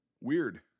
weird